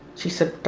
she said,